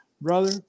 Brother